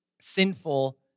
sinful